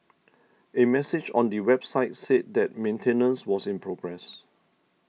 a message on the website said that maintenance was in progress